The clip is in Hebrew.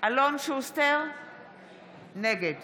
נגד